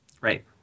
Right